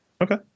Okay